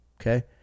okay